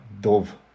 dove